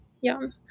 yum